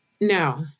no